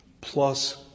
plus